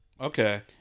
okay